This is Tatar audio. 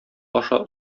аша